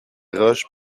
roches